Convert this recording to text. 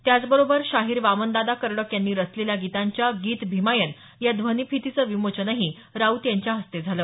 त्याचबरोबर शाहीर वामन दादा कर्डक यांनी रचलेल्या गीतांच्या गीत भीमायन या ध्वनिफितीचं विमोचनही राऊत यांच्या हस्ते झालं